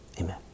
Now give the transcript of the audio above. amen